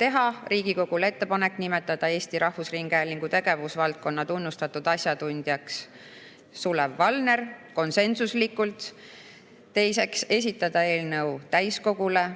teha Riigikogule ettepanek nimetada Eesti Rahvusringhäälingu tegevusvaldkonna tunnustatud asjatundjaks Sulev Valner, konsensuslikult. Teiseks, esitada eelnõu täiskogule,